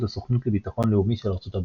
הסוכנות לביטחון לאומי של ארצות הברית.